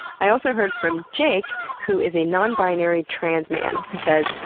i also heard from jake, who is a non-binary trans man, who says,